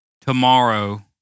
Tomorrow